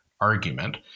argument